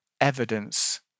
evidence